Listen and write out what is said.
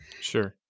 sure